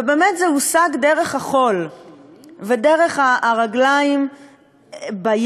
ובאמת זה הושג דרך החול ודרך הרגליים בים,